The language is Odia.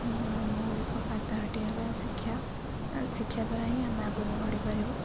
ମୌଳିକ ହେଲା ଶିକ୍ଷା ଶିକ୍ଷା ଦ୍ୱାରା ହିଁ ଆମେ ଆଗକୁ ବଢ଼ିପାରିବୁ